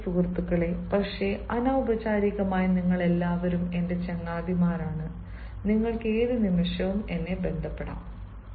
എന്റെ പ്രിയ സുഹൃത്ത് പക്ഷേ അന അന്നൌപ്ചാരികമായി നിങ്ങൾ എല്ലാവരും എന്റെ ചങ്ങാതിമാർ നിങ്ങൾക്ക് ഏത് നിമിഷവും എന്നെ ബന്ധപ്പെടാം